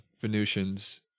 Venusians